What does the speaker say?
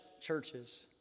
churches